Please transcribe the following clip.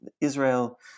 Israel